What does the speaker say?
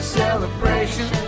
celebration